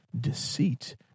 deceit